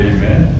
Amen